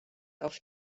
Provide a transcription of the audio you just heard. auf